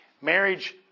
marriage